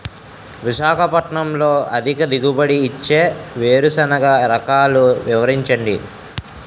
విశాఖపట్నంలో అధిక దిగుబడి ఇచ్చే వేరుసెనగ రకాలు వివరించండి?